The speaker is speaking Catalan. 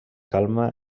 calma